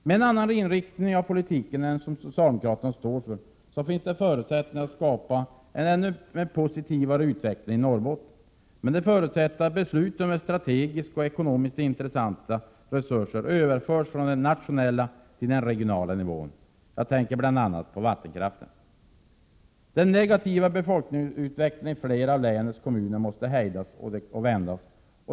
Med en annan inriktning av politiken än den socialdemokraterna står för finns det förutsättningar för att skapa en ännu positivare utveckling i Norrbotten. Men det förutsätter att besluten över strategiska och ekonomiskt intressanta resurser överförs från den nationella till den regionala nivån. Jag tänker bl.a. på vattenkraften. Den negativa befolkningsutvecklingen i flera av länets kommuner måste hejdas och vändas.